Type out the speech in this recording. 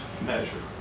measure